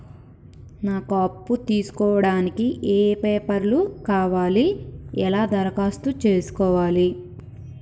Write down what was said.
నాకు అప్పు తీసుకోవడానికి ఏ పేపర్లు కావాలి ఎలా దరఖాస్తు చేసుకోవాలి?